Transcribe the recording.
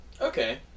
Okay